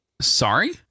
Sorry